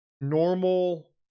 normal